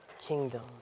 kingdom